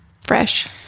fresh